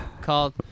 called